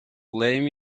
blame